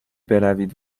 بروید